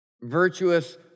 virtuous